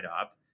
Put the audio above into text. up